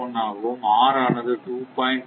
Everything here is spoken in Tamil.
01 ஆகவும் R ஆனது 2